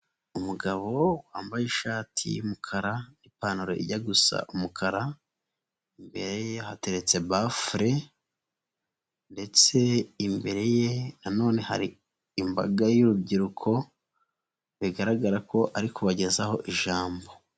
Umugabo wambaye ishati y'umukara n'ipantaro ijya gusa umukara, imbere ye hateretse bafure ndetse imbere ye na none hari imbaga y'urubyiruko, bigaragara ko ari kubagezaho ijambo.